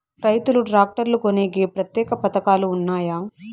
రైతులు ట్రాక్టర్లు కొనేకి ప్రత్యేక పథకాలు ఉన్నాయా?